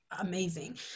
amazing